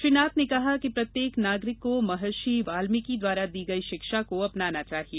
श्री नाथ ने कहा कि प्रत्येक नागरिक को महर्षि वाल्मीकि द्वारा दी गई शिक्षा को अपनाना चाहिए